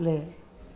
play